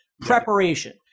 preparation